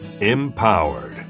empowered